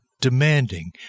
demanding